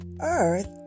earth